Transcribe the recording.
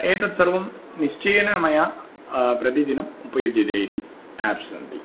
एतद् सर्वं निश्चयेन मया प्रतिदिनम् उपयुज्यते इति याप्स् सन्ति